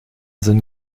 sind